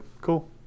cool